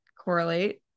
correlate